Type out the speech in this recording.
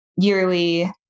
yearly